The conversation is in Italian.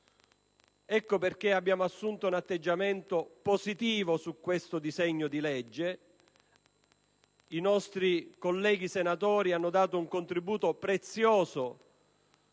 Ecco perché abbiamo assunto un atteggiamento positivo su questo disegno di legge. I nostri colleghi hanno offerto un contributo prezioso